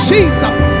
Jesus